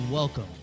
Welcome